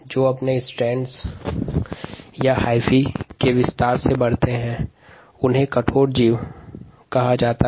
mould hyphae के विस्तार के रूप में वृद्धि करता हैं इसलिए उन्हें तंतुमय जीव कहा जाता है